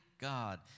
God